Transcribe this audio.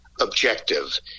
objective